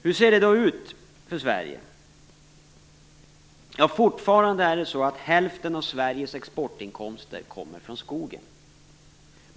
Hur ser det då ut för Sverige? Fortfarande kommer hälften av Sveriges exportinkomster från skogen.